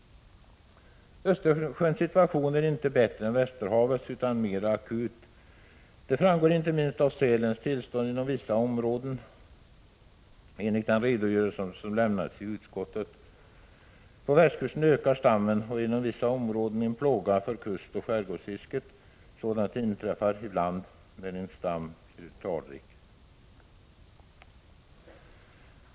Östersjöns situation är inte bättre än Västerhavets utan mera akut. Det framgår inte minst av sälens tillstånd inom vissa områden, enligt den redogörelse som lämnats i utskottet. På västkusten ökar stammen och är inom vissa områden en plåga för kustoch skärgårdsfiske. Sådant inträffar ibland när en stam blir talrik.